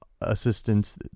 assistance